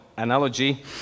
analogy